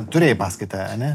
turėjai paskaitą ane